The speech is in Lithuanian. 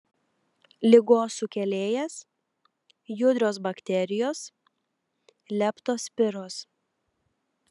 ligos sukėlėjas judrios bakterijos leptospiros